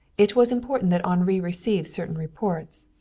it was important that henri receive certain reports,